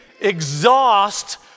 exhaust